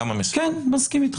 אני מסכים איתך.